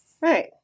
Right